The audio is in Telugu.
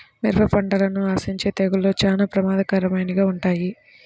మిరప పంటను ఆశించే తెగుళ్ళు చాలా ప్రమాదకరమైనవిగా ఉంటాయి